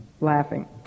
laughing